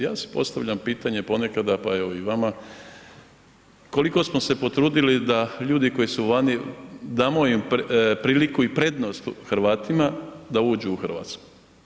Ja si postavljam pitanje ponekada pa evo i vama, koliko smo se potrudili da ljudi koji su vani damo im priliku prednost Hrvatima da uđu u Hrvatsku?